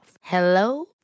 Hello